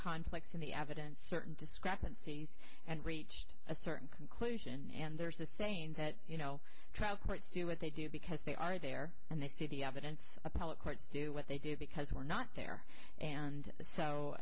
conflicts in the evidence certain discrepancies and reached a certain conclusion and there's a saying you know trial courts do what they do because they are there and they see the evidence appellate courts do what they do because we're not there and so